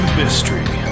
mystery